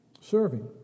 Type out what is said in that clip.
Serving